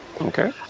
Okay